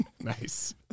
Nice